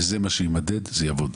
וזה מה שיימדד זה יעבוד.